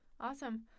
Awesome